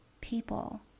people